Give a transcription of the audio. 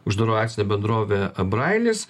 uždaroji akcinė bendrovė brailis